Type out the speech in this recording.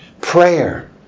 Prayer